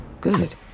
Good